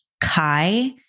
Kai